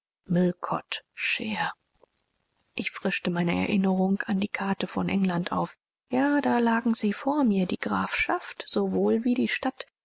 ich frischte meine erinnerung an die karte von england auf ja da lagen sie vor mir die grafschaft sowohl wie die stadt